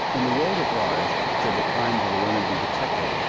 in the world at large, should the crimes of the women be detected,